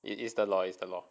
it is the law is the law